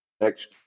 next